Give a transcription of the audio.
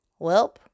Welp